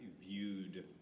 viewed